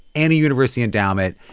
any university endowment.